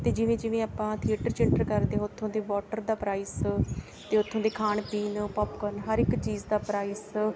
ਅਤੇ ਜਿਵੇਂ ਜਿਵੇਂ ਆਪਾਂ ਥੀਏਟਰ 'ਚ ਐਂਟਰ ਕਰਦੇ ਹਾਂ ਉੱਥੋਂ ਦੇ ਵਾਟਰ ਦਾ ਪ੍ਰਾਈਸ ਅਤੇ ਉਥੋਂ ਦੇ ਖਾਣ ਪੀਣ ਪੋਪਕੋਨ ਹਰ ਇੱਕ ਚੀਜ਼ ਦਾ ਪ੍ਰਾਈਸ